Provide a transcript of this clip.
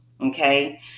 Okay